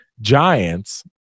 giants